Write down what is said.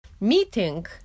Meeting